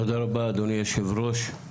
תודה רבה, אדוני היושב ראש,